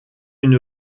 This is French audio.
une